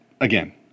again